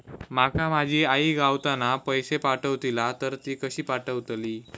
माका माझी आई गावातना पैसे पाठवतीला तर ती कशी पाठवतली?